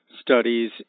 studies